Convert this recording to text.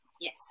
Yes